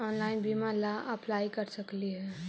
Online बीमा ला apply कर सकली हे?